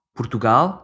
Portugal